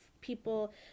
people